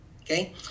okay